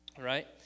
right